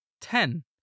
Ten